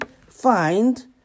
find